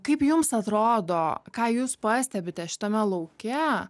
kaip jums atrodo ką jūs pastebite šitame lauke